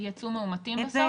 יצאו מאומתים בסוף?